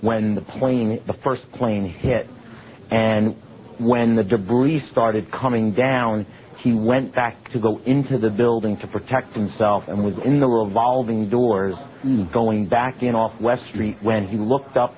when the playing the first plane hit and when the debris started coming down he went back to go into the building to protect himself and we got in the involving doors going back in off west street when he looked up